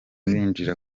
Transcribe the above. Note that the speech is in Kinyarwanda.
binjira